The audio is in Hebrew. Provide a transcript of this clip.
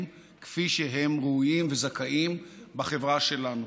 כפי שהם ראויים להם וזכאים להם בחברה שלנו.